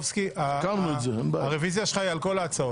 טופורובסקי, הרוויזיה שלך היא על כל ההצעות.